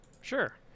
Sure